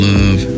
Love